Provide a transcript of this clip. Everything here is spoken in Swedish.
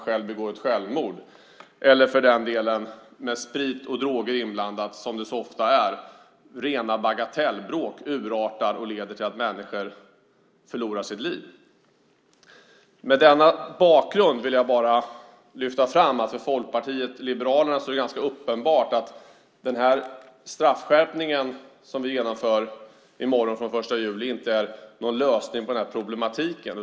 Sprit och droger kan för den delen också vara inblandade. Ofta är det så. Rena bagatellbråk kan urarta och leda till att människor förlorar livet. Med detta som bakgrund vill jag bara lyfta fram att det för Folkpartiet liberalerna är ganska uppenbart att den straffskärpning som vi i morgon beslutar om och som kommer att gälla från den 1 juli inte är någon lösning på den här problematiken.